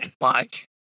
Mike